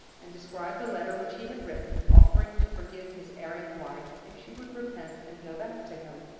and described a letter which he had written, offering to forgive his erring wife, if she would repent and go back to him.